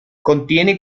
contiene